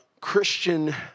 Christian